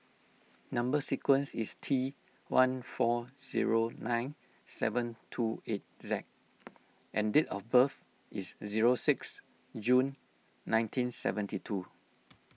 Number Sequence is T one four zero nine seven two eight Z and date of birth is zero six June nineteen seventy two